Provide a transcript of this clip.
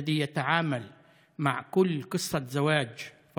כפי שהם קוראים לעצמם,